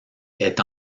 est